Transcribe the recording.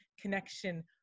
connection